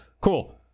cool